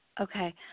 Okay